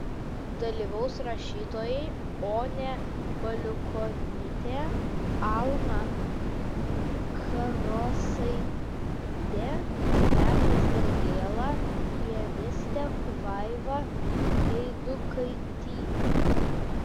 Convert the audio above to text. dalyvaus rašytojai onė baliukonytė alma karosaitė petras dirgėla pianistė vaiva eidukaitytė